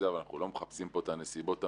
אבל אנחנו לא מחפשים פה את הנסיבות המקילות.